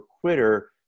quitter